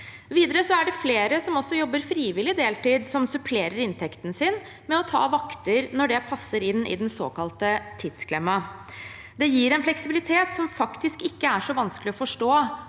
Videre er det flere som også jobber frivillig deltid, som supplerer inntekten sin med å ta vakter når det passer inn i den såkalte tidsklemma. Det gir en fleksibilitet som faktisk ikke er så vanskelig å forstå